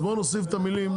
אז בואו נוסיף את המילים,